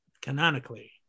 canonically